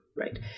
Right